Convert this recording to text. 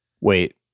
wait